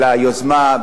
על היוזמה,